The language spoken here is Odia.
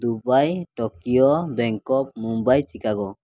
Dubai Tokyo Bangkok Mumbai Chicago